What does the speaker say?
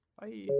bye